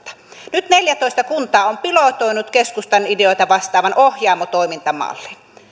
nyt neljätoista kuntaa on pilotoinut keskustan ideoita vastaavan ohjaamo toimintamallin